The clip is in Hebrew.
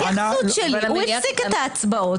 הוא הפסיק את ההצבעות.